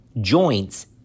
joints